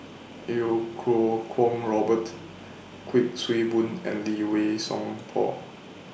Iau Kuo Kwong Robert Kuik Swee Boon and Lee Wei Song Paul